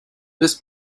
this